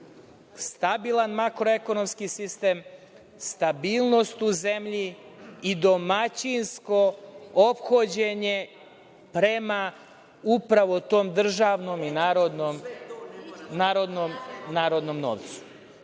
Stabilan markoekonomski sistem, stabilnost u zemlji i domaćinsko ophođenje prema upravo tom državnom i narodnom novcu.